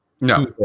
No